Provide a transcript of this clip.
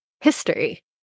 history